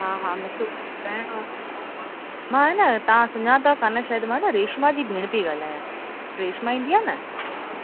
हा हा मूंखे उहो कराइणो हो मां अ न तव्हां सुञातव कोन्ह शायदि मां न रेशमा जी भेण पई ॻाल्हायां रेशमा ईंदी आहे न